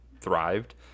thrived